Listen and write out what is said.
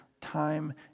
time